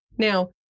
Now